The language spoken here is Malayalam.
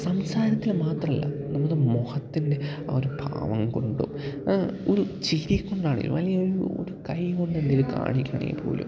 സംസാരത്തില് മാത്രമല്ല നമ്മുടെ മുഖത്തിൻ്റെ ആ ഒരു ഭാവം കൊണ്ടും ഒരു ചിരി കൊണ്ടാണെങ്കിലും അല്ലെങ്കില് ഒരു ഒരു കൈ കൊണ്ടെന്തെങ്കിലും കാണിക്കുകയാണെങ്കിൽ പോലും